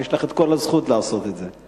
ויש לך כל הזכות לעשות את זה.